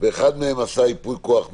ואחד מהם עשה ייפוי כוח מתמשך?